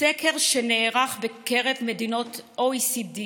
מסקר שנערך בקרב מדינות ה-OECD